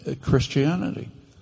Christianity